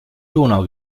donau